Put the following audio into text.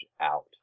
out